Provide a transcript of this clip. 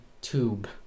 Tube